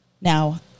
Now